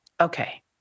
Okay